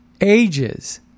ages